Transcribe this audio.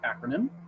acronym